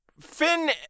Finn